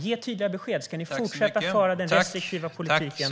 Ge tydliga besked! Ska ni fortsätta att föra den restriktiva politiken?